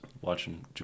watching